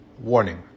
warning